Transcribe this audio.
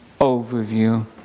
overview